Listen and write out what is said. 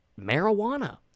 marijuana